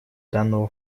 данного